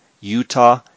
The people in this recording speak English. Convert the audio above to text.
Utah